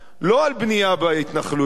לא על בנייה בהתנחלויות.